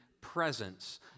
presence